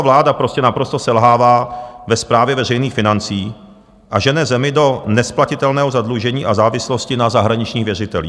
Fialova vláda prostě naprosto selhává ve správě veřejných financí a žene zemi do nesplatitelného zadlužení a závislosti na zahraničních věřitelích.